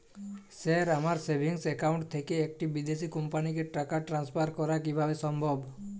Sir আমার savings account থেকে একটি বিদেশি কোম্পানিকে টাকা ট্রান্সফার করা কীভাবে সম্ভব?